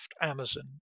Amazon